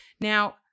Now